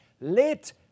let